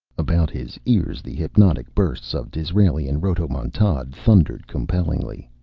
about his ears the hypnotic bursts of disraelian rhodomontade thundered compellingly.